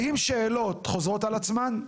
אם שאלות חוזרות על עצמן,